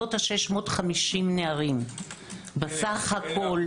בסביבות 650 נערים בסך הכול.